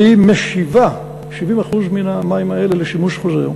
והיא משיבה 70% מן המים האלה לשימוש חוזר.